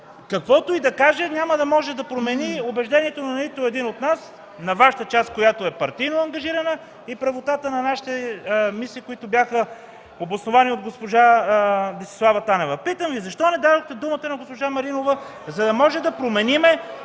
каквото и да каже, няма да може да промени убеждението на нито един от нас – на Вашата част, която е партийно ангажирана, и правотата на нашите мисли, които бяха обосновани от госпожа Десислава Танева?! Питам Ви: защо не дадохте думата на госпожа Маринова (шум и реплики